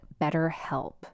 BetterHelp